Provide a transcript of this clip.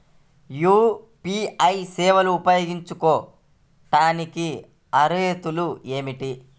UPI సేవలు ఉపయోగించుకోటానికి అర్హతలు ఏమిటీ?